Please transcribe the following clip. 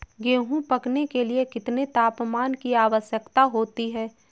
गेहूँ पकने के लिए कितने तापमान की आवश्यकता होती है?